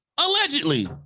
Allegedly